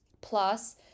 Plus